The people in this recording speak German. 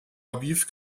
aviv